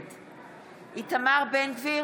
נגד איתמר בן גביר,